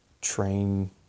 train